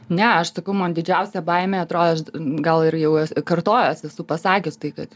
ne aš sakau man didžiausia baimė atrodyd aš gal ir jau es kartojuos esu pasakius tai kad